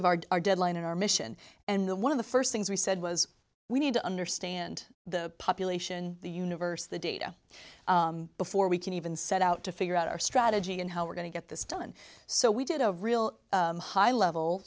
of our deadline and our mission and the one of the first things we said was we need to understand the population the universe the data before we can even set out to figure out our strategy and how we're going to get this done so we did a real high level